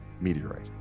meteorite